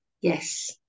Yes